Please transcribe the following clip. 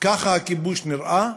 ככה הכיבוש נראה,